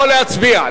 או להצביע.